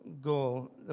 goal